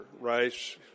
rice